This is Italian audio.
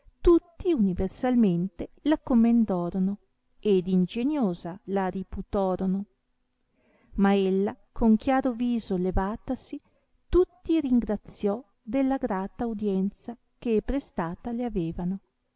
tutti universalmente la commendorono ed ingegnosa la riputorono ma ella con chiaro viso levatasi tutti ringraziò della grata audienza che prestata le avevano